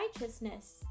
righteousness